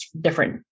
different